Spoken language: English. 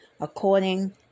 according